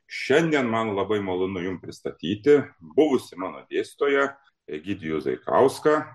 šiandien man labai malonu jum pristatyti buvusį mano dėstytoją egidijų zaikauską